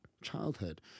childhood